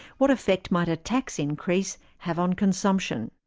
what effect might a tax increase have on consumption?